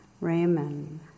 Raymond